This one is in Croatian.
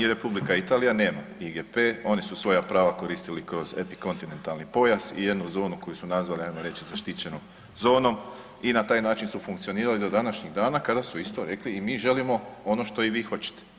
I R. Italija nema IGP, oni su svoja prava koristili kao epikontinentalni pojas i jednu zonu koju su nazvali, ajmo reći, zaštićenom zonom i na taj način su funkcionirali do današnjeg dana, kada su isto rekli i mi želimo ono što i vi hoćete.